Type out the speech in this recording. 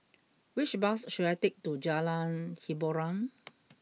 which bus should I take to Jalan Hiboran